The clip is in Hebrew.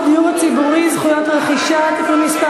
הציבורי (זכויות רכישה) (תיקון מס'